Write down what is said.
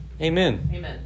Amen